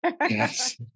Yes